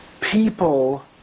people